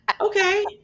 Okay